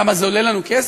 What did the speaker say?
למה, זה עולה לנו כסף?